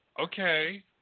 okay